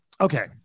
Okay